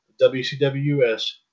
WCWS